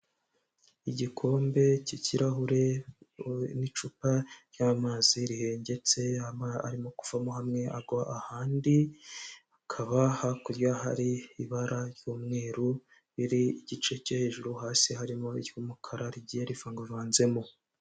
Igikombe cy'ikirahure n'icupa ry'amazi rihengetse amazi arimo kuvamo hamwe agwa ahandi hakaba hakurya hari ibara ry'umweru riri igice cyo hejuru hasi harimo iy'umukara rigiye rifunzemo.